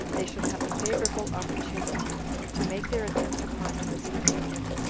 they should have a favorable opportunity to make their attempt upon him as he came in,